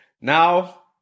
now